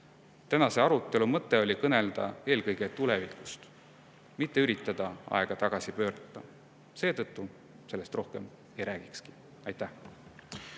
Tänase arutelu mõte oli kõnelda eelkõige tulevikust, mitte üritada aega tagasi pöörata. Seetõttu sellest rohkem ei räägikski. Aitäh!